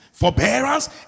Forbearance